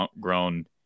grown